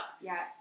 Yes